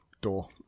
door